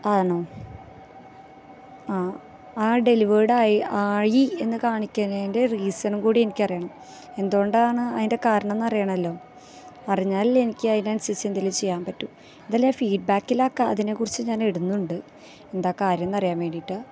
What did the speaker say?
ആണോ ആ ഡെലിവേഡായി ആയി എന്നു കാണിക്കണതിൻ്റെ റീസണും കൂടി എനിക്കറിയണം എന്തു കൊണ്ടാണ് അതിന്റെ കാരണമെന്നറിയണമല്ലോ അറിഞ്ഞാലല്ലേ എനിക്കതിനനുസരിച്ചെന്തെങ്കിലും ചെയ്യാന് പറ്റൂ അതല്ലേ ഫീഡ്ബാക്കിലാണ് അതിനെക്കുറിച്ച് ഞാനിടുന്നുണ്ട് എന്താ കാര്യമെന്നറിയാന് വേണ്ടിയിട്ട്